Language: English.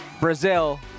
Brazil